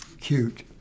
cute